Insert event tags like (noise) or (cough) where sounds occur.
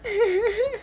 (laughs)